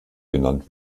genannt